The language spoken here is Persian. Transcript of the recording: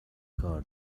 کار